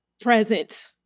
present